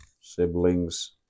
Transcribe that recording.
siblings